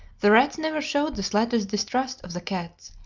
the rats never showed the slightest distrust of the cats,